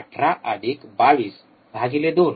१८२२२